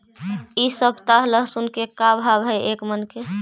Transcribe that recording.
इ सप्ताह लहसुन के का भाव है एक मन के?